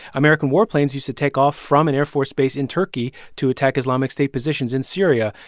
american war planes used to take off from an air force base in turkey to attack islamic state positions in syria.